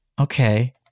Okay